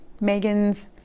Megan's